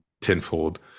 tenfold